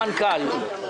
רביזיות.